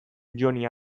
joni